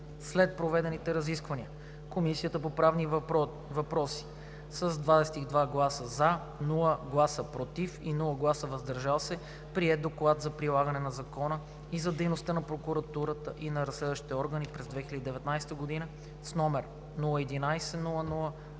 След проведените разисквания Комисията по правни въпроси с 22 гласа „за“, без гласове „против“ и „въздържал се“ прие Доклад за прилагането на закона и за дейността на прокуратурата и на разследващите органи през 2019 г., № 011-00-8,